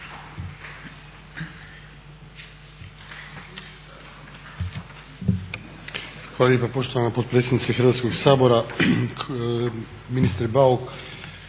Hvala na